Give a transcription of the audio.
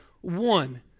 one